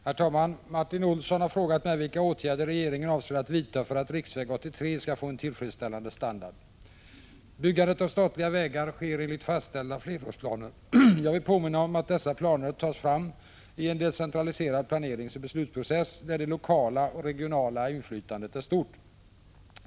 Herr talman! Martin Olsson har frågat mig vilka åtgärder regeringen avser att vidta för att riksväg 83 skall få en tillfredsställande standard. Byggandet av statliga vägar sker enligt fastställda flerårsplaner. Jag vill påminna om att dessa planer tas fram i en decentraliserad planeringsoch beslutsprocess, där det lokala och regionala inflytandet är stort.